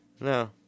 No